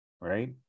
right